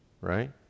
Right